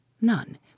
None